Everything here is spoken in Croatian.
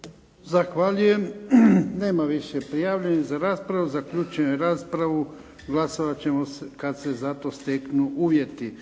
Zahvaljujem. Nema više prijavljenih za raspravu. Zaključujem raspravu. Glasovat ćemo kad se za to steknu uvjeti.